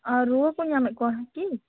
ᱟᱨ ᱨᱩᱭᱟᱹ ᱠᱚ ᱧᱟᱢᱮᱫ ᱠᱚᱣᱟ ᱠᱤ